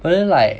but then like